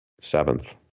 Seventh